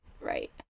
right